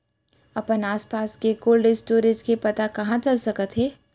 अपन आसपास के कोल्ड स्टोरेज के पता कहाँ चल सकत हे?